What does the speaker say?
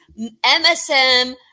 MSM